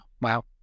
wow